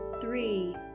three